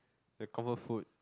the combo food